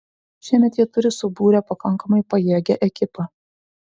šiemet jie turi subūrę pakankamai pajėgią ekipą